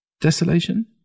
Desolation